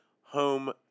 home